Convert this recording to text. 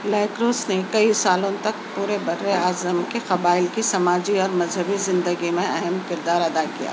lacrosse نے کئی سالوں تک پورے برِاعظم کے قبائل کی سماجی اور مذہبی زندگی میں اہم کردار ادا کیا